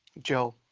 joe,